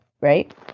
right